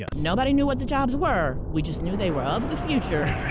yeah nobody knew what the jobs were, we just knew they were of the future.